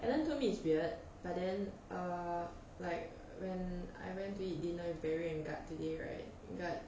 alan told me it's weird but then err like when I went to eat dinner with barry and guard today right guard